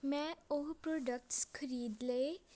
ਮੈਂ ਉਹ ਪ੍ਰੋਡਕਟਸ ਖਰੀਦ ਲਏ